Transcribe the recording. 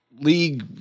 league